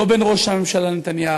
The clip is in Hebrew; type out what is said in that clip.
לא בין ראש הממשלה נתניהו,